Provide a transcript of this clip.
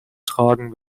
tragen